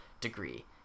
degree